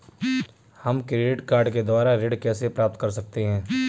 हम credit card के द्वारा ऋण कैसे प्राप्त कर सकते हैं?